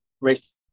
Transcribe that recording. race